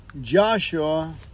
Joshua